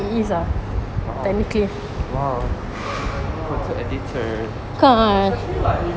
!wow! !wow! photo editor